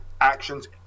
actions